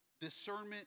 discernment